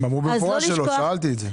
הם אמרו במפורש שלא, שאלתי את זה.